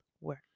work